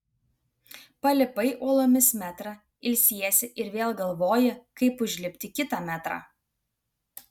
palipai uolomis metrą ilsiesi ir vėl galvoji kaip užlipti kitą metrą